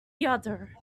udder